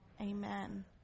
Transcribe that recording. amen